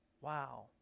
Wow